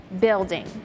building